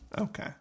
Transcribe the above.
Okay